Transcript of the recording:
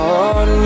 on